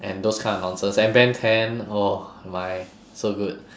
and those kind of nonsense and ben ten oh my so good